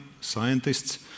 scientists